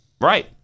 Right